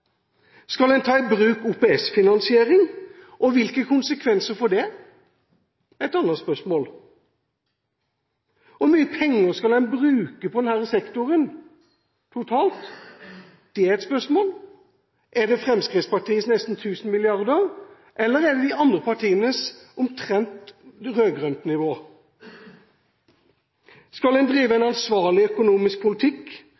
Skal en ta i bruk OPS-finansering, og hvilke konsekvenser får det? Det er et annet spørsmål. Hvor mye penger skal en bruke på denne sektoren totalt? Det er et spørsmål. Er det Fremskrittspartiets nesten 1 000 mrd. kr, eller er det de andre partienes tall, omtrent på rød-grønt nivå? Skal en drive